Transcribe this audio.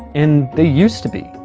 and they used to be.